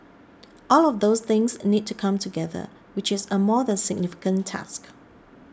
all of those things need to come together which is a more than significant task